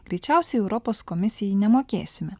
greičiausiai europos komisijai nemokėsime